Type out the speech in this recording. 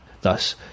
Thus